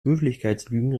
höflichkeitslügen